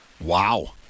Wow